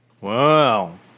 Wow